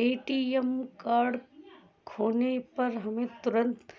ATM card खोने पर हमें तुरंत